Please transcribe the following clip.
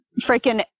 freaking